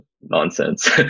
nonsense